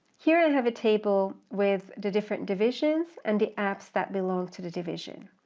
here i have a table with the different divisions and the apps that belong to the division,